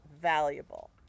valuable